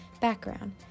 Background